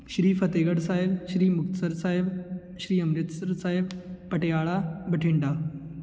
Shri Fatehgarh Sahib Shri Muktsar Sahib Shri Amritsar Sahib Patiala Bathinda